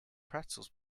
pretzels